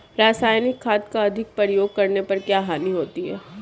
रासायनिक खाद का अधिक प्रयोग करने पर क्या हानि होती है?